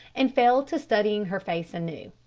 and fell to studying her face anew.